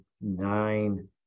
nine